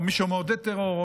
או מי שמעודד טרור,